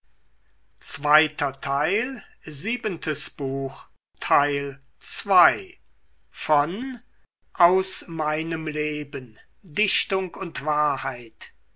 leben dichtung und wahrheit